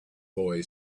boy